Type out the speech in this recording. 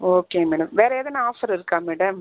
okay madam வேறு எதனா offer இருக்கா மேடம்